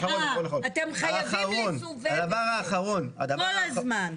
אתם חייבים לסובב כל הזמן.